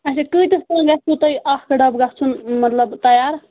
اچھا کۭتِس تام گژھۍوٕ تۄہہِ اَکھ ڈَبہٕ گژھُن مطلب تیار